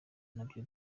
nabyo